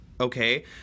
okay